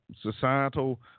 societal